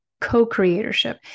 co-creatorship